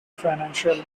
financial